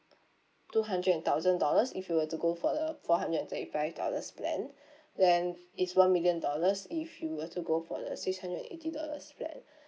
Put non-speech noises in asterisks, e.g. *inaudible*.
two hundred and thousand dollars if you were to go for the four hundred and thirty five dollars plan *breath* then it's one million dollars if you were to go for the six hundred and eighty dollars plan *breath*